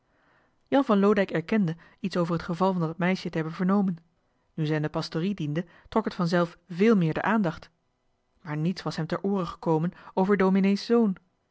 jan van loodijck erkende iets over het geval van dat meisje te hebben vernomen nu zij in de pastrie diende trok het geval vanzelf veel meer de aandacht maar niets was hem ter oore gekomen over dominee's zoon